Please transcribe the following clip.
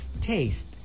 taste